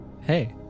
hey